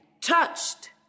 touched